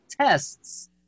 tests